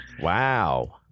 Wow